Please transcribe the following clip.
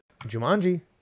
Jumanji